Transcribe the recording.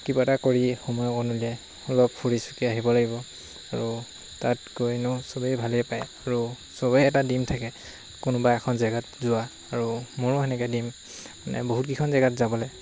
কিবা এটা কৰি সময়অকণ উলিয়াই অলপ ফুৰি চাকি আহিব লাগিব আৰু তাত গৈ ইনেও চবেই ভালেই পায় আৰু চবৰে এটা ডিম থাকে কোনোবা এখন জেগাত যোৱা আৰু মোৰো সেনেকৈ ডিম মানে বহুতকেইখন জেগাত যাবলৈ